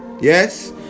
yes